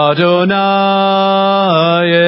Adonai